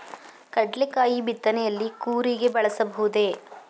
ಕಡ್ಲೆಕಾಯಿ ಬಿತ್ತನೆಯಲ್ಲಿ ಕೂರಿಗೆ ಬಳಸಬಹುದೇ?